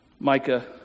Micah